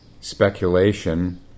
speculation